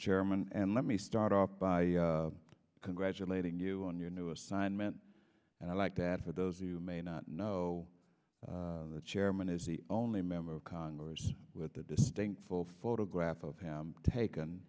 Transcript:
chairman and let me start off by congratulating you on your new assignment and i like that for those who may not know the chairman is the only member of congress with a distinct full photograph of him